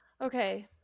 Okay